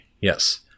yes